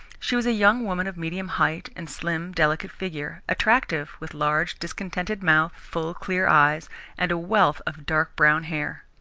she was a young woman of medium height and slim, delicate figure, attractive, with large, discontented mouth, full, clear eyes and a wealth of dark brown hair.